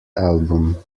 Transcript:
album